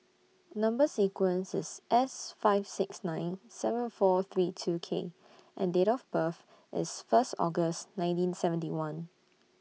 Number sequence IS S five six nine seven four three two K and Date of birth IS First August nineteen seventy one